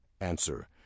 Answer